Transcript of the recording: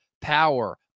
power